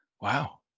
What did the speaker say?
Wow